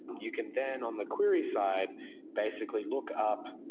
you can then on the query side basically look up.